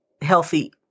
healthy